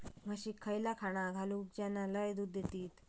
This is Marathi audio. म्हशीक खयला खाणा घालू ज्याना लय दूध देतीत?